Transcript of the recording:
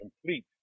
complete